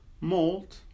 mold